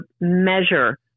measure